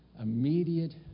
immediate